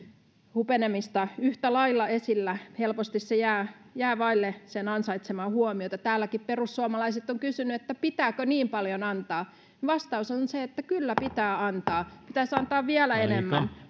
hupenemista yhtä lailla esillä helposti se jää jää vaille sen ansaitsemaa huomiota täälläkin perussuomalaiset ovat kysyneet että pitääkö niin paljon antaa vastaus on se että kyllä pitää antaa pitäisi antaa vielä enemmän